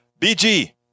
BG